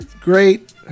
Great